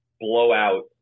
blowout